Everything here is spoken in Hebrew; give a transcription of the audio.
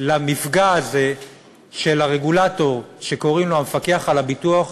למפגע הזה של הרגולטור שקוראים לו המפקח על הביטוח,